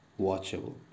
watchable